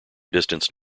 distance